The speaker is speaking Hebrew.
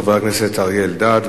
חבר הכנסת אריה אלדד,